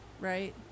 right